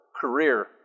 career